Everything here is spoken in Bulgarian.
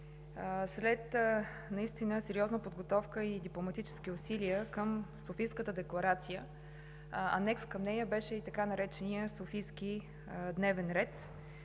след наистина сериозна подготовка и дипломатически усилия към Софийската декларация – анекс към нея, беше и така наречения „Софийски дневен ред“.